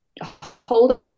hold